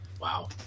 Wow